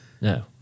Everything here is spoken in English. No